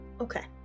Okay